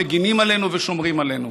מגינים עלינו ושומרים עלינו.